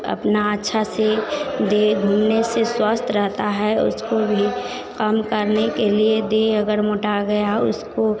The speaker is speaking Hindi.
अपना अच्छा से देह घूमने से स्वस्थ रहता है उसको भी कम करने के लिए देह अगर मोटा गया उसको